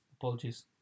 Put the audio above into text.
Apologies